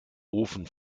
ofen